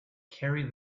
carry